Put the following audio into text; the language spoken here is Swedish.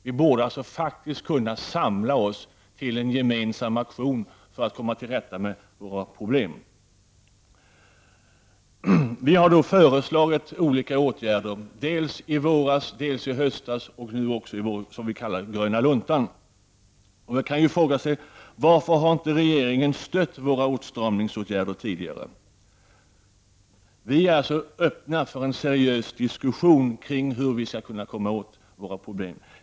Vi borde faktiskt kunna samla oss till en gemensam aktion för att komma till rätta med våra problem. Miljöpartiet har föreslagit olika åtgärder — dels i våras, dels i höstas och nu i vår ”gröna lunta”. Man kan ju fråga sig: Varför har ingen inte regeringen stött våra åtstramningsförslag tidigare? Vi är alltså öppna för en seriös diskussion kring hur vi skall kunna komma åt våra problem.